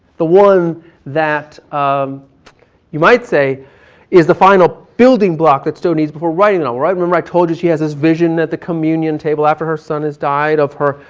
the one that um you might say is the final building block that stowe needs before writing and on? remember i told you she has this vision that the communion table, after her son has died of her,